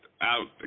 out